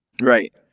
Right